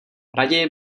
raději